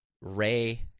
Ray